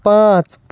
پانٛژھ